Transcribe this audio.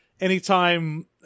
anytime